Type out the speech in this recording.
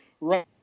right